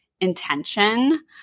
intention